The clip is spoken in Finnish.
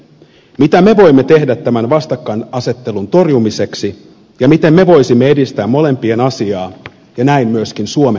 mitä me voimme tehdä tämän vastakkainasettelun torjumiseksi ja miten me voisimme edistää molempien asiaa ja näin myöskin suomen asiaa